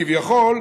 כביכול,